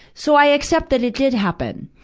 so i accept that it did happen.